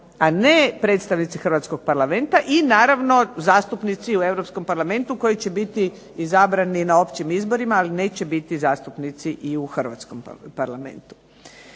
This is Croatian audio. a ne predstavnici Hrvatskoga parlamenta i naravno zastupnici u Europskom parlamentu koji će biti izabrani na općim izborima, ali neće biti zastupnici i u Hrvatskom parlamentu.